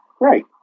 Right